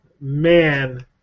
Man